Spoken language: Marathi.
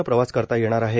नं प्रवास करता येणार आहे